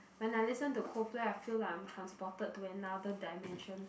when I listen to Coldplay I feel like I'm transported to another dimension